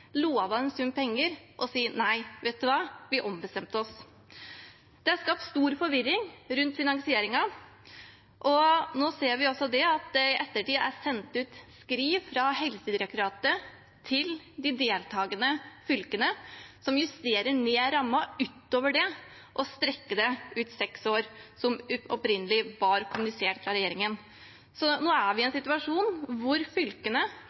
en sum penger og så sier at nei, vet du hva, vi ombestemte oss. Det er skapt stor forvirring rundt finansieringen, og nå ser vi at det i ettertid er sendt ut skriv fra Helsedirektoratet til de deltakende fylkene som justerer ned rammen utover det å strekke det ut seks år, som opprinnelig var kommunisert fra regjeringen. Nå er vi i en situasjon hvor fylkene,